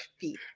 feet